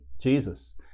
Jesus